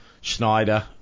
Schneider